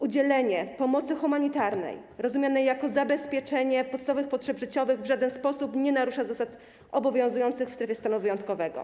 Udzielenie pomocy humanitarnej rozumianej jako zabezpieczenie podstawowych potrzeb życiowych w żaden sposób nie narusza zasad obowiązujących w strefie stanu wyjątkowego.